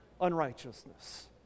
unrighteousness